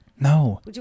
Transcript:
no